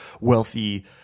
wealthy